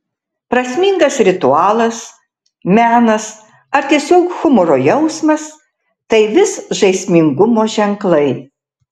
prasmingas ritualas menas ar tiesiog humoro jausmas tai vis žaismingumo ženklai